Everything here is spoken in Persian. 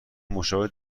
مشابه